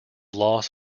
loss